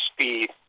speed